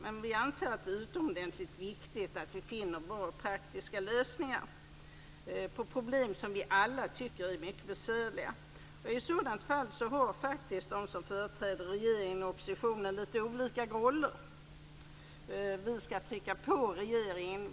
Men vi anser att det är utomordentligt viktigt att vi finner bra och praktiska lösningar av problem som vi alla tycker är mycket besvärliga. I ett sådant fall har faktiskt de som företräder regeringen och de som företräder oppositionen lite olika roller. Vi ska trycka på regeringen.